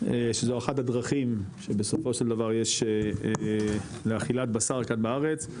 שזו אחת הדרכים שבסופו של דבר יש לאכילת בשר כאן בארץ,